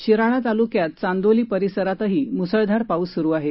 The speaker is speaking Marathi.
शिराळा तालुक्यात चांदोली परिसरातही मुसळधार पाऊस सुरू आहे